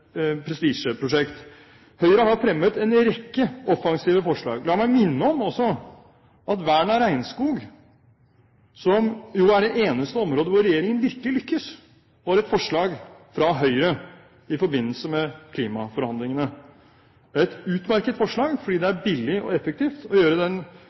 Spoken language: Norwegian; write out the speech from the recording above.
prestisjeprosjekt. Høyre har fremmet en rekke offensive forslag. La meg også minne om at vern av regnskog, som jo er det eneste området hvor regjeringen virkelig lykkes, var et forslag fra Høyre i forbindelse med klimaforhandlingene. Det er et utmerket forslag, fordi det er billig og effektivt å